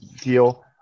deal